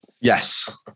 yes